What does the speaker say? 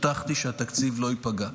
הבטחתי שהתקציב לא ייפגע.